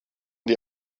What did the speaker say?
die